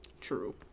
True